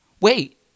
Wait